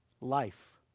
life